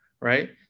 right